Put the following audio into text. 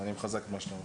אני מחזק את מה שאתה אומר.